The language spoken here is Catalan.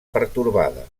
pertorbada